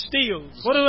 steals